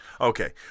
Okay